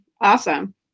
Awesome